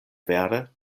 vere